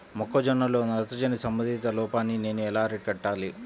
మొక్క జొన్నలో నత్రజని సంబంధిత లోపాన్ని నేను ఎలా అరికట్టాలి?